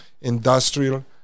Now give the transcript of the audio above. Industrial